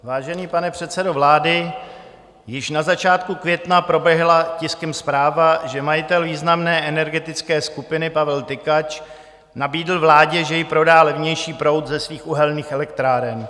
Vážený pane předsedo vlády, již na začátku května proběhla tiskem zpráva, že majitel významné energetické skupiny Pavel Tykač nabídl vládě, že jí prodá levnější proud ze svých uhelných elektráren.